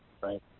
right